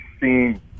seen